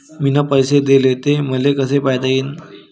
मिन पैसे देले, ते मले कसे पायता येईन?